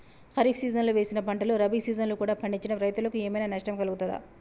ఖరీఫ్ సీజన్లో వేసిన పంటలు రబీ సీజన్లో కూడా పండించడం రైతులకు ఏమైనా నష్టం కలుగుతదా?